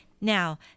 Now